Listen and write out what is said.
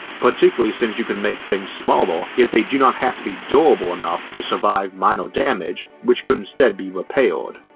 particularly since you can make things smaller if they do not have to be durable enough to survive minor damage which could instead be repaired.